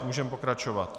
Můžeme pokračovat.